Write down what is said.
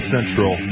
Central